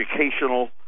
educational